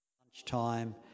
lunchtime